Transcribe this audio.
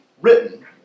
written